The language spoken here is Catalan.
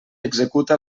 executa